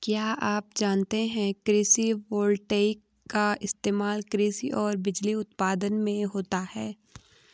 क्या आप जानते है कृषि वोल्टेइक का इस्तेमाल कृषि और बिजली उत्पादन में होता है?